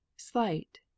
slight